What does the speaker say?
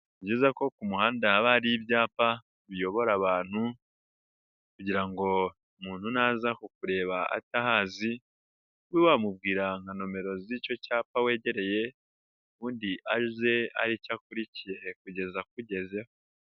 Byiza ko ku muhanda haba hari ibyapa biyobora abantu kugira ngo umuntu naza kukureba atahazi, ube wamubwira nka nomero z'icyo cyapa wegereye, ubundi aze ari cyo akurikiye kugeza akugezeho.